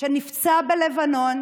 שנפצע בלבנון,